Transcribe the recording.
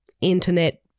internet